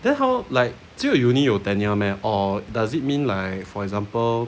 then how like 只有 uni 有 tenure meh or does it mean like for example